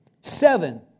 Seven